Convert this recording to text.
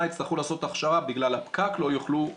יצטרכו לעשות הכשרה ובגלל הפקק לא יוכלו,